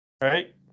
right